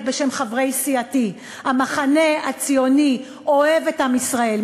בשם חברי סיעתי: המחנה הציוני אוהב את עם ישראל,